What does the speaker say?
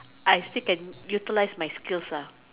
I still can utilise my skills lah